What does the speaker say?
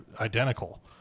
identical